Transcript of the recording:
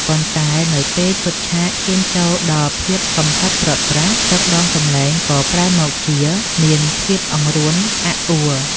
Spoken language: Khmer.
ប៉ុន្តែនៅពេលឈុតឆាកឈានចូលដល់ភាពកំសត់ព្រាត់ប្រាស ទឹកដមសំឡេងក៏ប្រែមកជាមានភាពអង្រួនអាក់អួល។